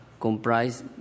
comprise